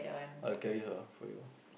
I will carry her for you